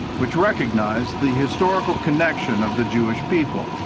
which recognized the historical connection of the jewish people.